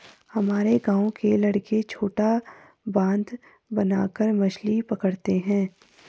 हमारे गांव के लड़के छोटा बांध बनाकर मछली पकड़ते हैं